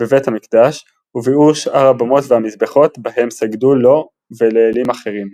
בבית המקדש וביעור שאר הבמות והמזבחות בהם סגדו לו ולאלים אחרים.